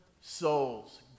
souls